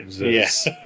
yes